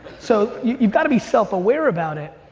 so, you've gotta be self-aware about it.